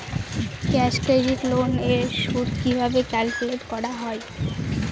Cash credit loan এর সুদ কিভাবে ক্যালকুলেট করা হয়?